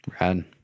Rad